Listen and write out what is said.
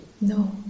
No